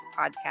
podcast